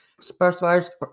specialized